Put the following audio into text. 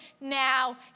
now